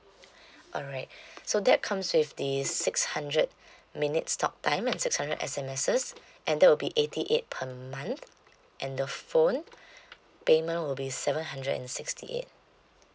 alright so that comes with the six hundred minutes talk time and six hundred S_M_Ses and that will be eighty eight per month and the phone payment will be seven hundred and sixty eight